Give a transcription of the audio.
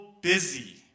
busy